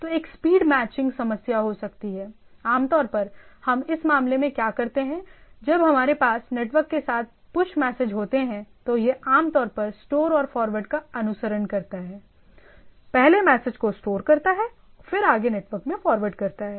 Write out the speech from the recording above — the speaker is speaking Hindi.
तो एक स्पीड मैचिंग समस्या हो सकती हैआमतौर पर हम इस मामले में क्या करते हैं जब हमारे पास नेटवर्क के साथ पुश मैसेज होते हैं तो यह आमतौर पर स्टोर और फॉरवर्ड का अनुसरण करता है पहले मैसेज को स्टोर करता है और फिर आगे नेटवर्क में फॉरवर्ड करता है